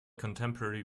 contemporary